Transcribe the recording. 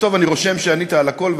ואומר: אני רושם שענית על הכול,